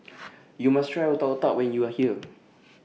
YOU must Try Otak Otak when YOU Are here